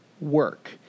work